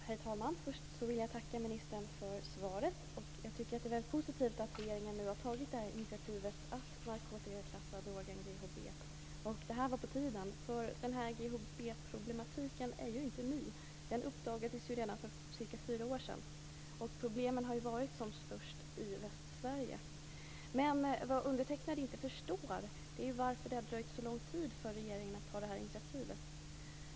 Herr talman! Först vill jag tacka ministern för svaret. Jag tycker att det är väldigt positivt att regeringen nu har tagit initiativet att narkotikaklassa drogen GHB. Det var på tiden. GHB-problematiken är ju inte ny. Den uppdagades redan för cirka fyra år sedan. Problemen har varit som störst i Västsverige. Vad undertecknad inte förstår är varför det har tagit så lång tid för regeringen att ta det här initiativet.